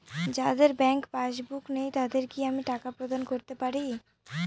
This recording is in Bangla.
যাদের ব্যাংক পাশবুক নেই তাদের কি আমি টাকা প্রদান করতে পারি?